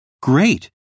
Great